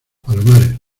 palomares